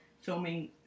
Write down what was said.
filming